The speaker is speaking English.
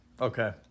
Okay